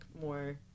more